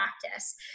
practice